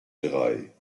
drei